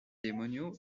demonio